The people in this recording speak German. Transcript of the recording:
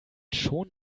schon